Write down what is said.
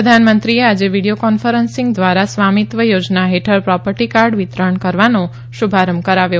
પ્રધાનમંત્રીએ આજે video conferencing ધ્વારા સ્વામીત્વ યોજના હેઠળ પ્રોપર્ટી કાર્ડ વિતરણ કરવાનો શુભારંભ કરાવ્યો